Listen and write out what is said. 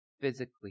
physically